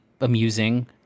amusing